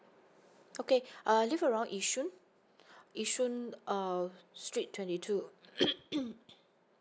okay I live around yishun yishun uh street twenty two